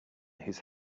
his